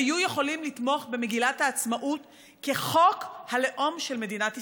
היו יכולים לתמוך במגילת העצמאות כחוק הלאום של מדינת ישראל,